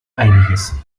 einiges